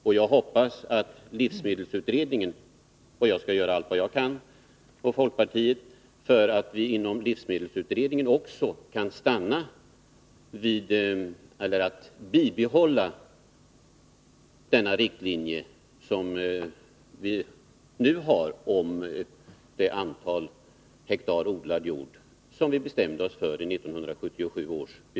Och jag hoppas — och det kommer jag och folkpartiet att göra allt vad vi kan för att se till — att man inom livsmedelsutredningen också stannar för ett bibehållande av denna riktlinje.